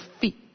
feet